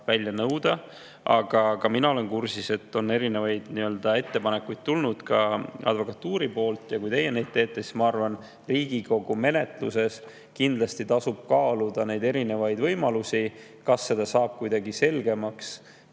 välja nõuda. Aga minagi olen kursis, et on erinevaid ettepanekuid tulnud ka advokatuurilt. Kui teie neid teete, siis ma arvan, et Riigikogu menetluses kindlasti tasub kaaluda neid erinevaid võimalusi, kas seda saab kuidagi selgemini